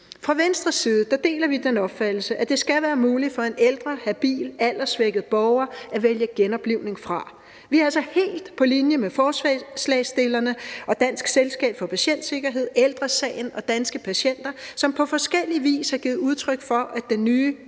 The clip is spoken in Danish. Fra Venstres side deler vi den opfattelse, at det skal være muligt for en ældre, habil, alderssvækket borger at vælge genoplivning fra. Vi er altså helt på linje med forslagsstillerne, Dansk Selskab for Patientsikkerhed, Ældre Sagen og Danske Patienter, som på forskellig vis har givet udtryk for, at den nye